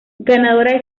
ganadora